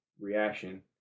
reaction